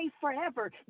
forever